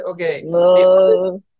Okay